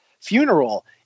funeral